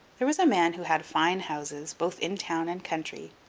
there was a man who had fine houses, both in town and country,